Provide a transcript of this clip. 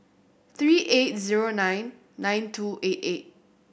three eight zero nine nine two eight eight